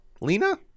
Lena